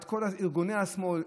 את כל ארגוני השמאל,